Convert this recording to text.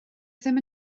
ddim